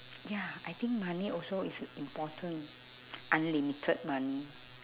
ya I think money also is important unlimited money